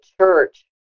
church